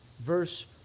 Verse